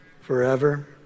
Forever